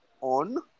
on